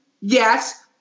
Yes